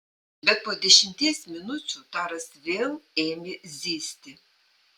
bet po dešimties minučių taras vėl ėmė zyzti